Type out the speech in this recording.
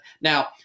Now